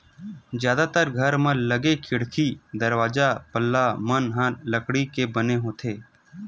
जादातर घर म लगे खिड़की, दरवाजा, पल्ला मन ह लकड़ी के बने होथे